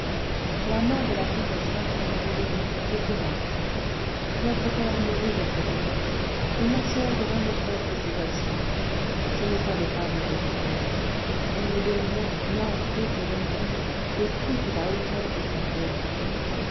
la main de la comtesse marcian gregoryi était là notre père mourut vers cette époque et ma soeur devint maîtresse de ses actions je ne savais pas lui résister elle me dominait moi pauvre jeune fille de toute la hauteur de sa haine